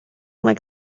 like